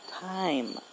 time